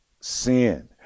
sin